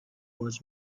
was